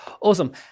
Awesome